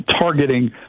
targeting